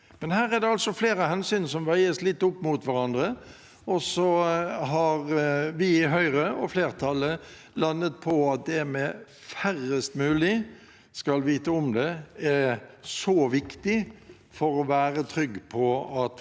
Her er det flere hensyn som veies litt opp mot hverandre, og så har vi i Høyre og flertallet landet på at det med at færrest mulig skal vite om det, er så viktig for å være trygg på at